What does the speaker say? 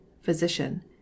physician